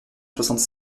soixante